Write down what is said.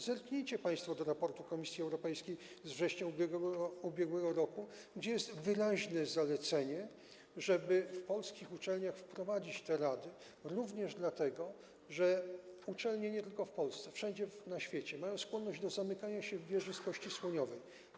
Zerknijcie państwo do raportu Komisji Europejskiej z września ub.r., gdzie jest wyraźne zalecenie, żeby w polskich uczelniach wprowadzić rady, również dlatego, że uczelnie nie tylko w Polsce, ale wszędzie na świecie, mają skłonność do zamykania się w wieży z kości słoniowej.